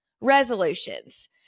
resolutions